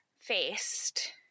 faced